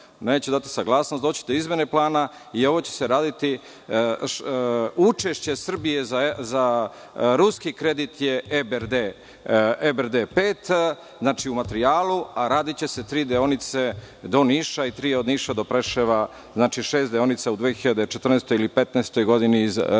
neće dati saglasnost, doći će do izmene plana i ovo će se raditi, učešće Srbije za ruski kredit je EBRD 5, u materijalu, a radiće se tri deonice do Niša i tri od Niša do Preševa. Znači, šest deonica u 2014. ili 2015. godini iz